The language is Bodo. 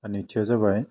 नैथियाव जाबाय